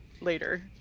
later